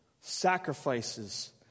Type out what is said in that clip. Sacrifices